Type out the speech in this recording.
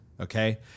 okay